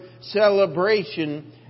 celebration